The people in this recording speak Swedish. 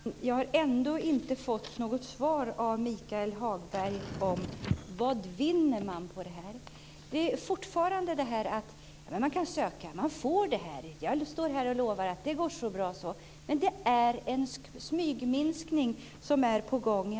Herr talman! Jag har ändå inte fått något svar av Michael Hagberg om vad man vinner på det här. Det talas fortfarande om att man kan söka och att man får det här. Man står och lovar att det går så bra så. Men det är i alla fall en smygminskning som är på gång.